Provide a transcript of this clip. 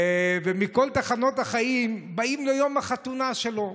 מכל תחנות החיים באים ליום החתונה שלו,